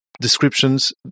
descriptions